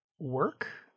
Work